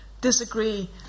disagree